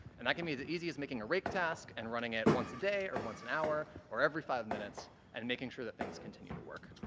and that can be as easy as making a rake task and running it once a day or once an hour or every five minutes and making sure that things continue to work.